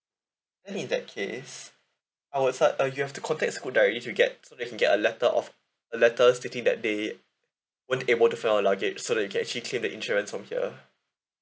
then in that case I will start uh you have to contact scoot directly to get so that they can get a letter of a letter stating that they weren't able to find out your luggage so that you can actually claim the insurance from here